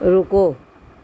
ਰੁਕੋ